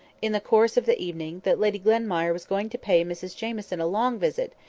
in the course of the evening, that lady glenmire was going to pay mrs jamieson a long visit,